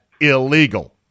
illegal